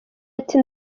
ati